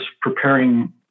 preparing